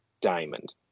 Diamond